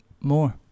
more